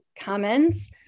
comments